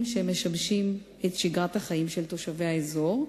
שמשבשים את שגרת החיים של תושבי האזור.